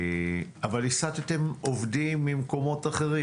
אבל הסטתם עובדים ממקומות אחרים.